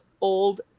old